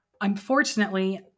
Unfortunately